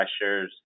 pressures